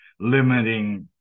limiting